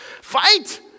fight